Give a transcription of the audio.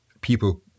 people